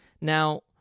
Now